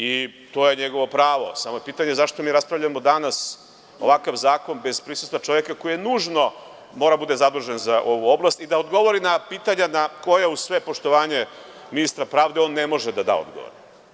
I to je njegovo pravo, samo je pitanje zašto mi raspravljamo danas ovakav zakon bez prisustva čoveka koji nužno mora da bude zadužen za ovu oblast i da odgovori na pitanja na koja, uz sve poštovanje ministra pravde on ne može da da odgovor.